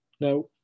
now